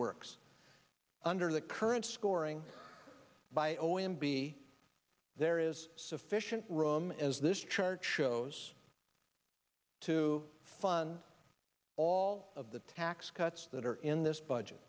works under the current scoring by o m b there is sufficient room as this chart shows to fund all of the tax cuts that are in this budget